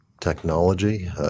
technology